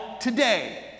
today